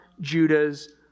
Judah's